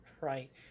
right